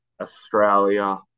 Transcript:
Australia